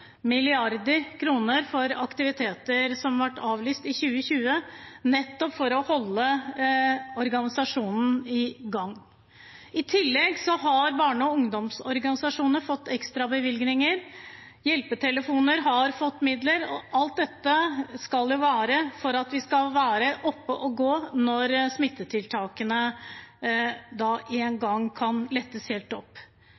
for aktiviteter som har vært avlyst i 2020, nettopp for å holde organisasjonene i gang. I tillegg har barne- og ungdomsorganisasjonene fått ekstra bevilgninger. Hjelpetelefoner har fått midler. Alt dette skal være for at de skal være oppe og gå når smitteverntiltakene en